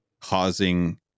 causing